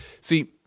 See